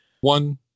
one